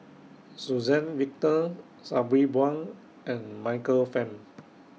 Suzann Victor Sabri Buang and Michael Fam